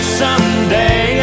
someday